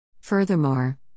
Furthermore